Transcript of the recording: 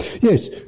Yes